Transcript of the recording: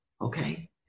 Okay